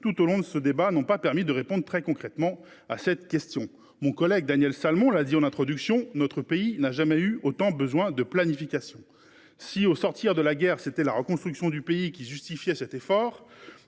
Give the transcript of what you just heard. tout au long de ce débat n’ont pas permis de répondre très concrètement à cette question. Mon collègue Daniel Salmon l’a souligné en introduction : notre pays n’a jamais eu autant besoin de planification. Si, au sortir de la guerre, c’était la reconstruction du pays qui justifiait cet effort